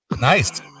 Nice